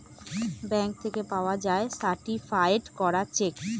bank থেকে পাওয়া যায় সার্টিফায়েড করা চেক